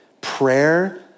prayer